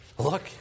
Look